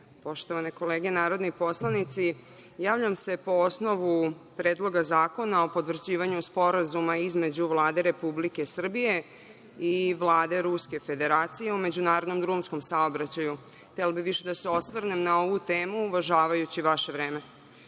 poštovane kolege narodni poslanici, javljam se po osnovu Predloga zakona o potvrđivanju Sporazuma između Vlade Republike Srbije i Vlade Ruske Federacije o međunarodnom drumskom saobraćaju. Htela bih više da se osvrnem na ovu temu uvažavajući vaše vreme. Dakle,